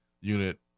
unit